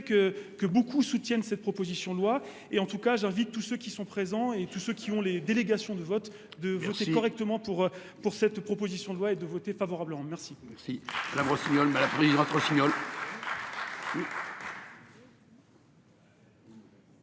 que beaucoup soutiennent cette proposition de loi et en tout cas j'invite tous ceux qui sont présents et tous ceux qui ont les délégations de vote de voter correctement pour pour cette proposition de loi et de voter favorablement. Merci.